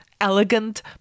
elegant